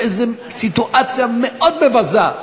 באיזו סיטואציה מאוד מבזה,